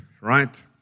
right